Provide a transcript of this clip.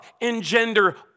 engender